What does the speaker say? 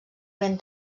ben